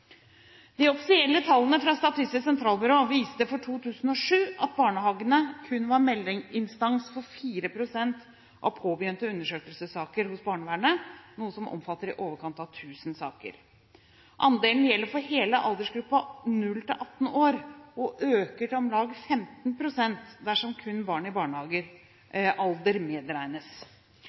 De offisielle tallene fra Statistisk sentralbyrå for 2007 viste at barnehagene kun var meldeinstans for 4 pst. av påbegynte undersøkelsessaker hos barnevernet, noe som omfatter i overkant av 1 000 saker. Andelen gjelder for hele aldersgruppen 0–18 år og øker til om lag 15 pst. dersom kun barn i barnehagealder medregnes.